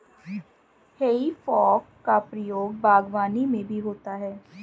हेइ फोक का प्रयोग बागवानी में भी होता है